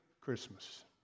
Christmas